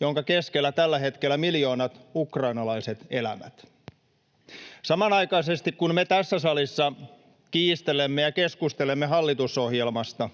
jonka keskellä tällä hetkellä miljoonat ukrainalaiset elävät. Samanaikaisesti kun me tässä salissa kiistelemme ja keskustelemme hallitusohjelmasta,